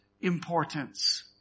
importance